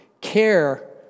care